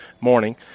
morning